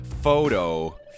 photo